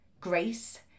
grace